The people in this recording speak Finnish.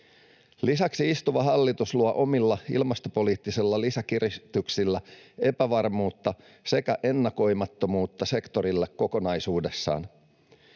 Lisäksi istuva hallitus luo omilla ilmastopoliittisilla lisäkiristyksillä epävarmuutta sekä ennakoimattomuutta sektorille kokonaisuudessaan.